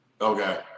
Okay